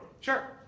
Sure